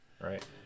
right